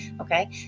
okay